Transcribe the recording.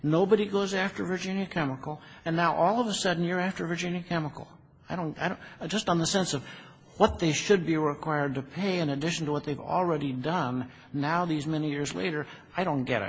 nobody goes after virginia chemical and now all of a sudden you're after virginie chemical i don't i don't just on the sense of what they should be required to pay in addition to what they've already done now these many years later i don't get